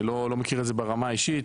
אני לא מכיר את זה ברמה האישית,